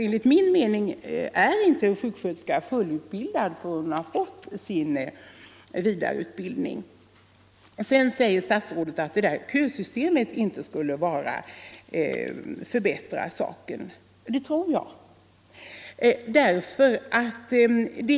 Enligt min mening är nämligen inte en sjuksköterska fullt utbildad förrän hon har fått sin vidareutbildning. Sedan säger statsrådet att ett kösystem inte skulle förbättra saken. Det tror jag.